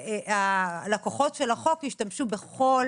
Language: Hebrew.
הלקוחות של החוק ישתמשו בכל